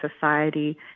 society